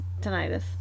tinnitus